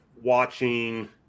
watching